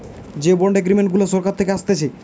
যে bond agreement গুলা সরকার থাকে আসতেছে